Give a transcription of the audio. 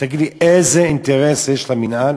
תגיד לי: איזה אינטרס יש למינהל?